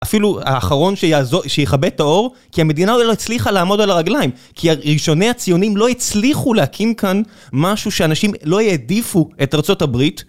אפילו האחרון שיעזוב, שיכבה את האור כי המדינה אולי לא הצליחה לעמוד על הרגליים כי ראשוני הציונים לא הצליחו להקים כאן משהו שאנשים לא יעדיפו את ארצות הברית